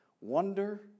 wonder